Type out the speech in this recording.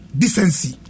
decency